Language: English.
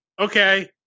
okay